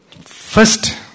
First